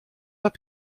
pas